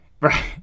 Right